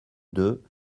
deux